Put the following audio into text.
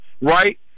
right